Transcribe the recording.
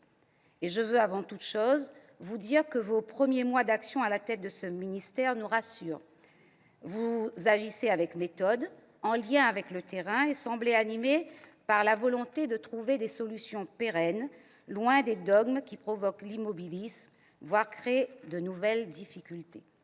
je veux vous dire, madame la ministre, que vos premiers mois d'action à la tête de ce ministère nous rassurent. Vous agissez avec méthode, en lien avec le terrain, et vous semblez animée de la volonté de trouver des solutions pérennes, loin des dogmes qui provoquent l'immobilisme, voire qui créent de nouvelles difficultés.